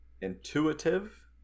Intuitive